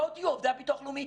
בואו תהיו עובדי הביטוח לאומי.